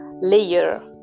layer